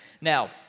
Now